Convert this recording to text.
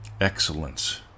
Excellence